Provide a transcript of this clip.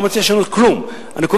אני לא מציע לשנות כלום.